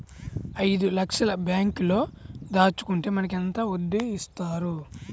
ఐదు లక్షల బ్యాంక్లో దాచుకుంటే మనకు ఎంత వడ్డీ ఇస్తారు?